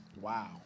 Wow